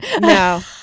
No